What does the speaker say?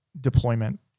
deployment